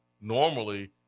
normally